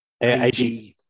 AG